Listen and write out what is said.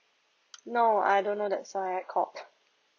no I don't know that's why I called